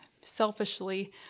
selfishly